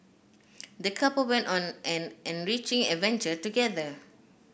the couple went on an enriching adventure together